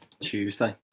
Tuesday